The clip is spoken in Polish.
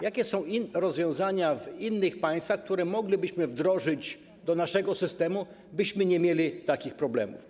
Jakie są rozwiązania w innych państwach, które moglibyśmy wdrożyć do naszego systemu, byśmy nie mieli takich problemów?